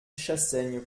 chassaigne